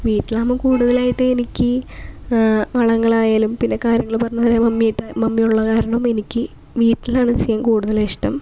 വീട്ടിലാകുമ്പോൾ കൂടുതതലായിട്ട് എനിക്ക് വളങ്ങളായാലും പിന്നെ കാര്യങ്ങള് പറഞ്ഞ് തരാൻ മമ്മിയുണ്ട് മമ്മിയുള്ളത് കാരണം എനിക്ക് വീട്ടിലാണ് ചെയ്യാൻ കൂടുതലിഷ്ടം